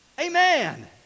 Amen